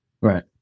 Right